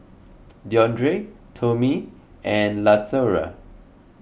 Deondre Tomie and Latoria